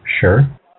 Sure